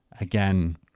again